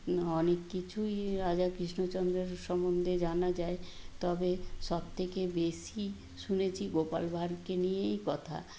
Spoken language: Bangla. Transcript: অনেক কিছুই রাজা কৃষ্ণচন্দ্রের সম্বন্ধে জানা যায় তবে সব থেকে বেশি শুনেছি গোপাল ভাঁড়কে নিয়েই কথা